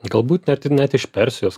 galbūt net i net iš persijos